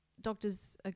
doctors